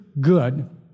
good